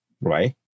right